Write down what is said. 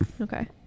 Okay